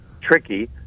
tricky